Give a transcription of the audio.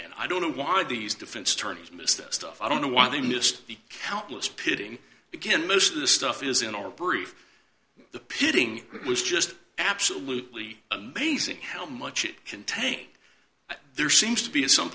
and i don't know why these defense attorneys miss this stuff i don't know why they missed the calculus pitting again most of the stuff is in our brief pitting it was just absolutely amazing how much it can take there seems to be at some